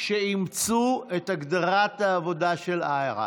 שאימצו את הגדרת העבודה של IHRA,